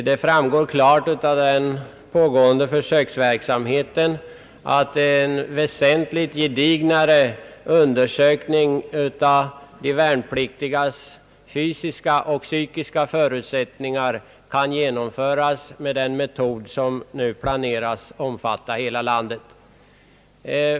Det framgår klart av den pågående försöksverksamheten att en väsentligt mer gedigen undersökning av de värnpliktigas fysiska och psykiska förutsättningar kan genomföras med den metod som nu planeras omfatta hela landet.